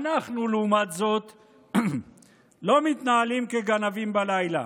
אנחנו לעומת זאת לא מתנהלים כגנבים בלילה,